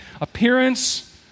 appearance